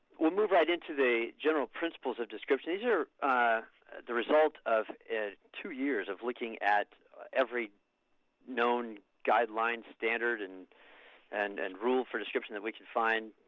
we'll move into the general rules of description. these are the result of two years of looking at every known guideline, standard and and and rule for description that we could find